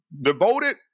devoted